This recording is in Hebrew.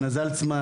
אינה זלצמן,